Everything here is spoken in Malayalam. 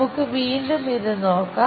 നമുക്ക് വീണ്ടും ഇത് നോക്കാം